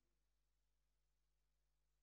(הישיבה נפסקה בשעה